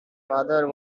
father